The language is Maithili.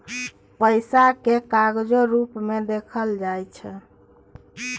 पैसा केँ कागजो रुप मे देखल जाइ छै